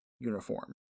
uniform